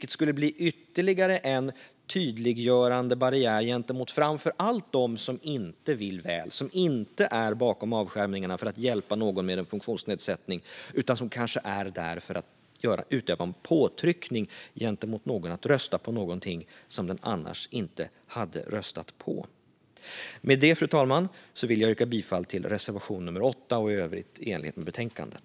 Det skulle bli ytterligare en tydliggörande barriär gentemot framför allt dem som inte vill väl och som inte är bakom avskärmningarna för att hjälpa någon med en funktionsnedsättning, utan som kanske är där för att utöva en påtryckning gentemot någon att rösta på någonting som den annars inte hade röstat på. Med det, fru talman, vill jag yrka bifall till reservation nummer 8 och i övrigt i enlighet med betänkandet.